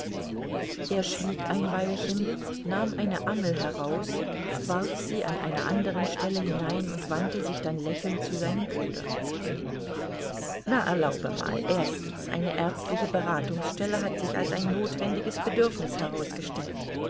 er schwieg ein weilchen nahm eine angel heraus warf sie an einer anderen stelle hinein und wandte sich dann lächelnd zu seinem bruder na erlaube mal erstens eine ärztliche beratungsstelle hat sich als ein notwendiges bedürfnis herausgestellt